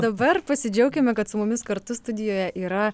dabar pasidžiaukime kad su mumis kartu studijoje yra